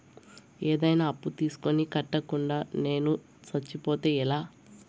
ఏదైనా అప్పు తీసుకొని కట్టకుండా నేను సచ్చిపోతే ఎలా